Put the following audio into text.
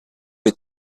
with